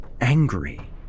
angry